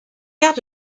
quarts